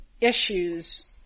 issues